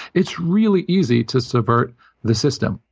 it's really easy to subvert the system.